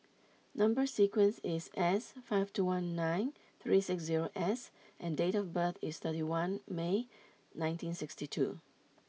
number sequence is S five four one nine three six zero S and date of birth is thirty one May nineteen sixty two